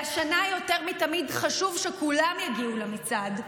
והשנה יותר מתמיד חשוב שכולם יגיעו למצעד,